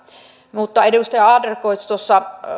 mutta edustaja adlercreutz tuossa